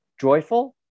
joyful